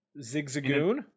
zigzagoon